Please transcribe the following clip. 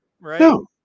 No